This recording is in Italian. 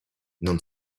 non